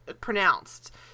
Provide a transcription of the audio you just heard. pronounced